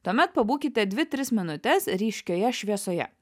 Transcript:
tuomet pabūkite dvi tris minutes ryškioje šviesoje